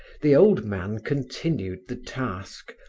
the old man continued the task,